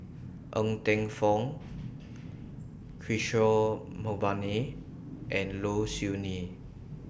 Ng Teng Fong Kishore Mahbubani and Low Siew Nghee